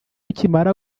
ukimara